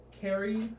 carry